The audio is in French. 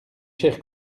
chers